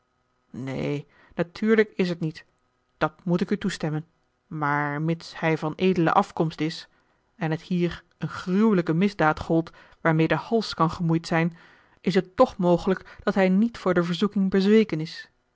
neen natuurlijk is het niet dat moet ik u toestemmen maar mits hij van edele afkomst is en het hier eene gruwelijke misdaad gold waarmee de hals kan gemoeid zijn is het toch mogelijk dat hij niet voor de verzoeking bezweken is